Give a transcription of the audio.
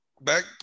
Back